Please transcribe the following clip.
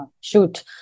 shoot